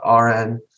RN